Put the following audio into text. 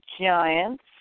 Giants